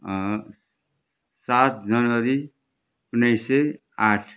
सात जनवरी उन्नाइस सय आठ